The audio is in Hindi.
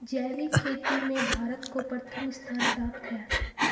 जैविक खेती में भारत को प्रथम स्थान प्राप्त है